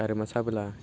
गारामा साबोला